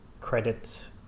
credit